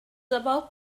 about